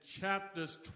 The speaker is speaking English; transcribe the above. chapters